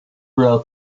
rail